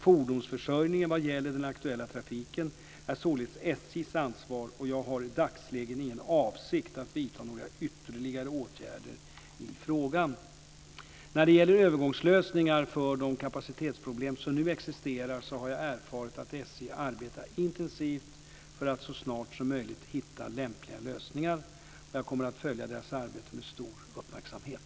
Fordonsförsörjningen vad gäller den aktuella trafiken är således SJ:s ansvar. Jag har i dagsläget ingen avsikt att vidta några ytterligare åtgärder i frågan. När det gäller övergångslösningar för de kapacitetsproblem som nu existerar har jag erfarit att SJ arbetar intensivt för att så snart som möjligt hitta lämpliga lösningar. Jag kommer att följa detta arbete med stor uppmärksamhet.